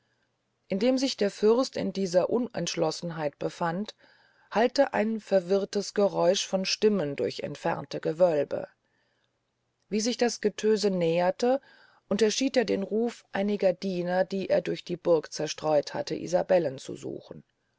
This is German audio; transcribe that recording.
in dem sich der fürst in dieser unentschlossenheit befand hallte ein verwirrtes geräusch von stimmen durch entfernte gewölbe wie sich das getöse näherte unterschied er den ruf einiger diener die er durch die burg zerstreut hatte isabellen zu suchen